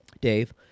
Dave